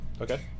Okay